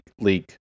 leak